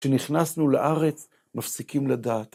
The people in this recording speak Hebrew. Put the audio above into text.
כשנכנסנו לארץ - מפסיקים לדעת.